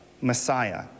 Messiah